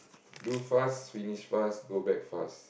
do fast finish fast go back fast